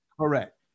Correct